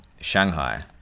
Shanghai